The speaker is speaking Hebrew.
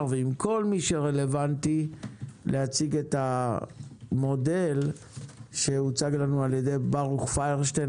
ועם כל מי שרלוונטי להציג את המודל שהוצג לנו על ידי ברוך פיירשטיין.